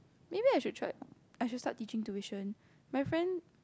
maybe I should try I should start teaching tuition my friend